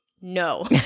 no